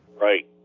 Right